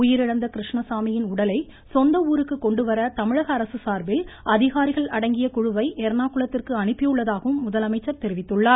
உயிரிழந்த கிருஷ்ணசாமியின் உடலை சொந்த கொண்டுவர தமிழக அரசின் சார்பில் அதிகாரிகள் அடங்கிய குழுவை எர்ணாகுளத்திற்கு அனுப்பியுள்ளதாகவும் முதலமைச்சர் தெரிவித்துள்ளார்